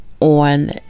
On